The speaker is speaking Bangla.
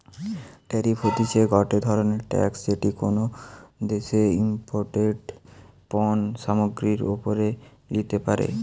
ট্যারিফ হতিছে গটে ধরণের ট্যাক্স যেটি কোনো দ্যাশে ইমপোর্টেড পণ্য সামগ্রীর ওপরে লিতে পারে